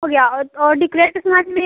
हो गया और और डिकोरेट के सामान में